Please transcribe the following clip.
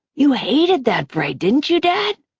you hated that braid, didn't you, dad?